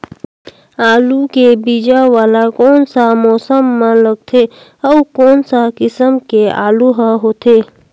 आलू के बीजा वाला कोन सा मौसम म लगथे अउ कोन सा किसम के आलू हर होथे?